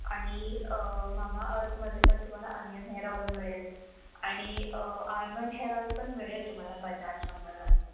आणि मामाअर्थमध्ये पण तुम्हाला अनियन हेअर ऑईल मिळेल आणि आल्मंड हेअर ऑईल पण मिळेल तुम्हाला बजाज नंबर वनचं